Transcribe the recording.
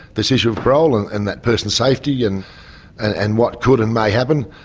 the decision of parole and and that person's safety and and what could and may happen.